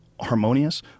Harmonious